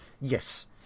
Yes